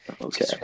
Okay